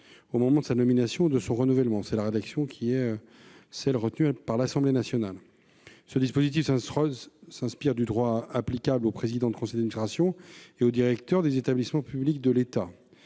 au moment de sa nomination ou de son renouvellement ; il s'agit là de la rédaction issue de l'Assemblée nationale. Ce dispositif s'inspire du droit applicable aux présidents de conseil d'administration et aux directeurs des établissements publics de l'État.